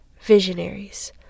visionaries